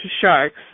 sharks